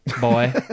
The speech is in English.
boy